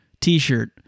T-shirt